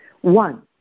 One